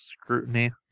scrutiny